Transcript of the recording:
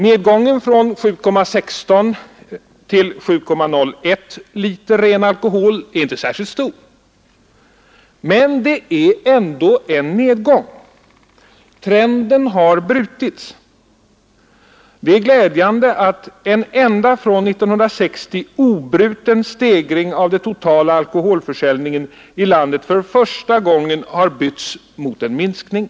Nedgången från 7,16 till 7,01 liter ren alkohol är inte särskilt stor, men det är ändå en nedgång — trenden har brutits. Det är glädjande att en ända från 1960 obruten stegring av den totala alkoholförsäljningen i landet för första gången har bytts mot en minskning.